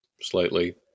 slightly